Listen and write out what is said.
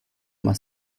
más